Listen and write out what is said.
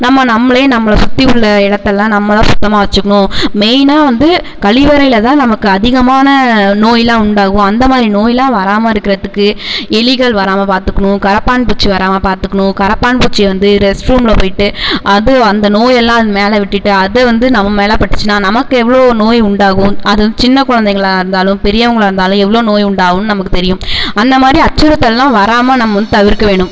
நம்ம நம்மளே நம்மளை சுற்றி உள்ள இடத்தெல்லாம் நம்மதான் சுத்தமாக வச்சிக்கணும் மெயினா வந்து கழிவறையில தான் நமக்கு அதிகமான நோய்லாம் உண்டாகும் அந்த மாதிரி நோய்லாம் வராமல் இருக்கிறதுக்கு எலிகள் வராமல் பாத்துக்கணும் கரப்பான்பூச்சி வராமல் பார்த்துக்குணும் கரப்பான்பூச்சி வந்து ரெஸ்ட்ரூம்ல போய்ட்டு அதுவும் அந்த நோய்யெல்லாம் அது மேலே விட்டுட்டு அது வந்து நம்ம மேலே பட்டுச்சுன்னால் நமக்கு எவ்வளோ நோய் உண்டாகும் அது வந்து சின்ன குழந்தைகளாக இருந்தாலும் பெரியவங்களா இருந்தாலும் எவ்வளோ நோய் உண்டாகுன்னு நமக்கு தெரியும் அந்த மாதிரி அச்சுறுத்தல்லாம் வராமல் நம்ம வந்து தவிர்க்க வேணும்